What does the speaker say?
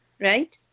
right